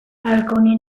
alcuni